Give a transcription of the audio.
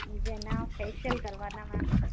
मुझे ना फेसियल करवाना मेम